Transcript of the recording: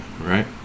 right